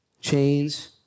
Chains